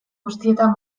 guztietan